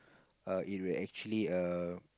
err it will actually err